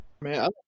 Man